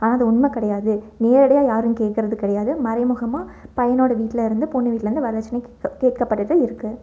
ஆனால் அது உண்மை கிடையாது நேரடியாக யாரும் கேட்கறது கிடையாது மறைமுகமாக பையனோட வீட்லயிருந்து பொண்ணு வீட்டில் வந்து வரதட்சணை கேட்க கேக்கப்பட்டுவிட்டு இருக்கு